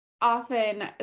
often